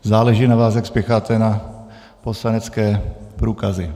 Záleží na vás, jak spěcháte na poslanecké průkazy.